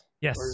Yes